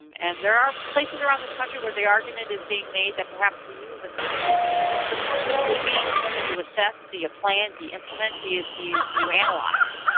and there are places around this country where the argument is being made that perhaps we use a comparable system. but this system would be, do you assess the plan? do you implement? do do you analyze?